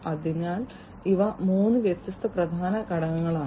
അതിനാൽ ഇവ മൂന്ന് വ്യത്യസ്ത പ്രധാന ഘടകങ്ങളാണ്